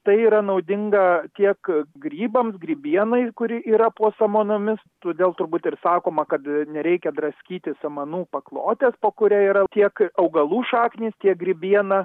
tai yra naudinga tiek grybams grybienai kuri yra po samanomis todėl turbūt ir sakoma kad nereikia draskyti samanų paklotės po kuria yra tiek augalų šaknys tiek grybiena